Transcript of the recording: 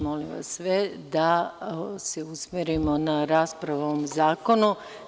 Molim vassve da se usmerimo na raspravu o ovom zakonu.